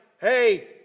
hey